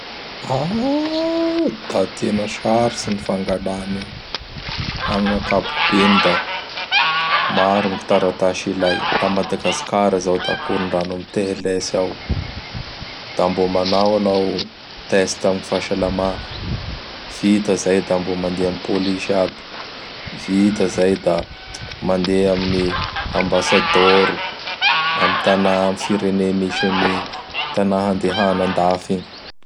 Da tena sarotsy gny fangala anio. Amign' ankapobeny da maro gny taratasy ilay. Laha a Madagasikara izao da Ankorondrano am TLS ao. Da mbô manao anao test am fahasalama. Vita izay da mbô mandeha am Pôlisy aby. Vita izay da mandeha amin'ny Ambasadaoro. Amin'gny Tana, amin'gny firenea, misy an'ny tana andehana andafy igny.